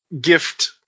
gift